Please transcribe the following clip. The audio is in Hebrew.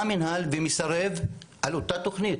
בא המנהל ומסרב על אותה תוכנית,